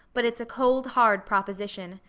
but it's a cold, hard proposition.